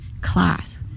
class